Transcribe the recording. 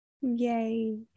yay